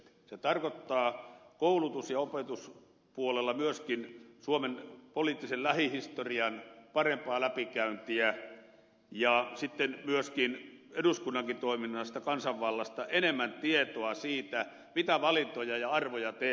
se tarkoittaa koulutus ja opetuspuolella myöskin suomen poliittisen lähihistorian parempaa läpikäyntiä ja sitten myöskin eduskunnankin toiminnasta kansanvallasta enemmän tietoa siitä mitä valintoja ja arvoja tehdään